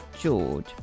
George